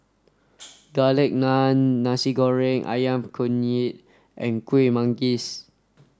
Garlic Naan Nasi Goreng Ayam Kunyit and Kueh Manggis